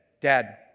Dad